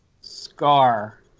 Scar